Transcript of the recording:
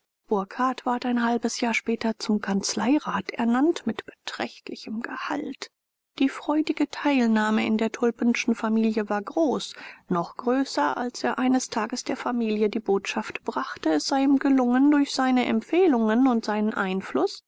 burckhardt ward ein halbes jahr später zum kanzleirat ernannt mit beträchtlichem gehalt die freudige teilnahme in der tulpenschen familie war groß noch größer als er eines tages der familie die botschaft brachte es sei ihm gelungen durch seine empfehlungen und seinen einfluß